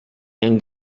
end